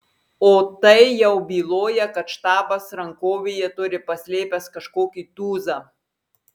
o tai jau byloja kad štabas rankovėje turi paslėpęs kažkokį tūzą